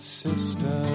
sister